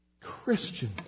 Christian